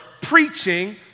preaching